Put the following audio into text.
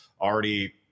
already